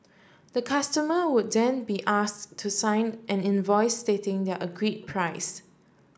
the customer would then be asked to sign an invoice stating the agreed price